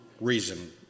reason